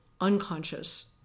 unconscious